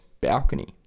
balcony